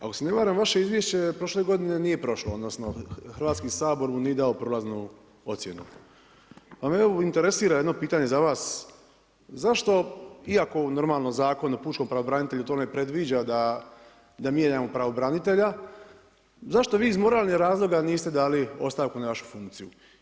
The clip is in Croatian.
Ako se ne varam vaše izvješće prošle godine nije prošlo, odnosno Hrvatski sabor mu nije dao prolaznu ocjenu pa me evo interesira jedno pitanje za vas zašto iako normalno Zakon o pučkom pravobranitelju to ne predviđa da mijenjamo pravobranitelja, zašto vi iz moralnih razloga niste dali ostavku na vašu funkciju.